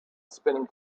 spinning